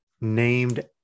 named